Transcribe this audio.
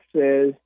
says